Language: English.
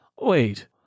wait